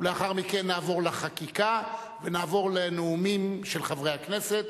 לאחר מכן נעבור לחקיקה ונעבור לנאומים של חברי הכנסת.